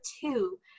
two